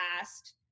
asked